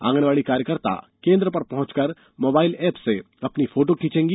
आंगवाड़ी कार्यकर्ता केंद्र पर पहंचकर मोबाइल एप से अपनी फोटो खींचेंगी